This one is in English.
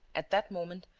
at that moment,